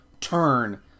turn